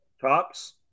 tops